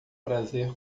prazer